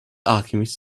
alchemist